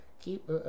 keep